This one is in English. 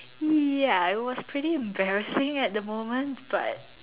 ya it was pretty embarrassing at the moment but